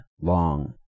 long